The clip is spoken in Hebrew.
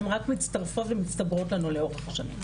הן רק מצטרפות ומצטברות לנו לאורך השנים.